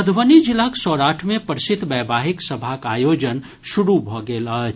मधुबनी जिलाक सौराठ मे प्रसिद्ध वैवाहिक सभाक आयोजन शुरू भऽ गेल अछि